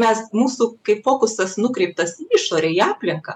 mes mūsų kaip fokusas nukreiptas į išorę į aplinką